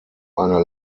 eine